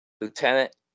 Lieutenant